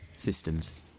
systems